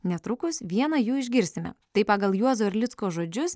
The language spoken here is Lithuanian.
netrukus vieną jų išgirsime tai pagal juozo erlicko žodžius